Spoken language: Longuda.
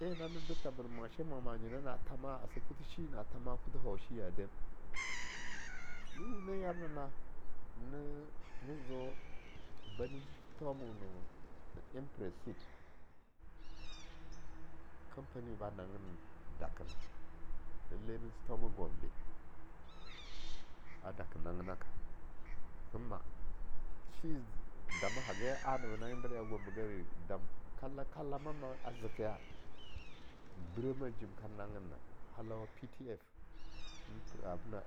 En nane do that berwmashe mwama nyina na thama, ase kuthih shi na thama hau shiya dem, na wuna yamnena na zeo bani zi thethaumo no impreseed, company we ba nanggin dakana, lallai nizi thethauma Gombe a daka nanggenaka, ka ma shi dama haga an ana ba nanggen dar ya Gombe gare, dam kalla-kalla mama a zekeya, n brah meh jim kan nanggenna, halawa PTF